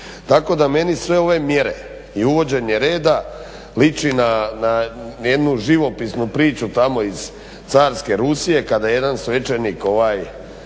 Tako da meni sve ove mjere i uvođenje reda liči na jednu živopisnu priču tamo iz carske Rusije kada je jedan svećenik crtao